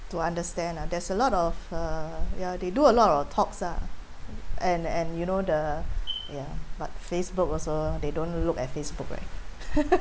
to understand ah there's a lot of uh ya they do a lot of talks lah and and you know the ya but Facebook also they don't look at Facebook right